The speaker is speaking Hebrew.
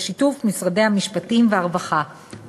בשיתוף משרדי המשפטים והרווחה,